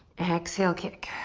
exhale, kick.